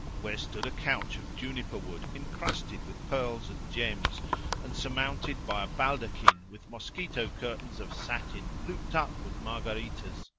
where stood a couch of juniper wood encrusted with pearls and gems and surmounted by a baldaquin with mosquito curtains of satin looped up with margaritas.